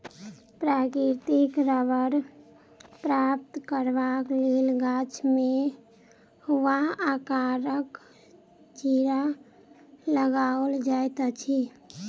प्राकृतिक रबड़ प्राप्त करबाक लेल गाछ मे वाए आकारक चिड़ा लगाओल जाइत अछि